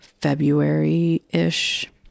February-ish